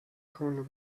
common